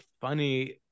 funny